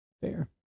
fair